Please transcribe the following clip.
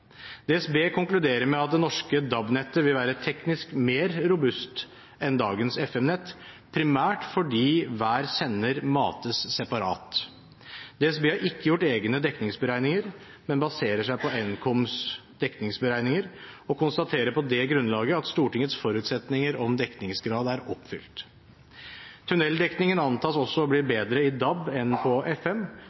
DSB konkluderer med at det norske DAB-nettet vil være teknisk mer robust enn dagens FM-nett primært fordi hver sender mates separat. DSB har ikke gjort egne dekningsberegninger, men baserer seg på Nkoms dekningsberegninger og konstaterer på det grunnlaget at Stortingets forutsetninger om dekningsgrad er oppfylt. Tunneldekningen antas også å bli bedre i DAB enn på FM,